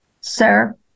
Sir